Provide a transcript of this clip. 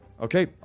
Okay